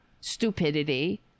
stupidity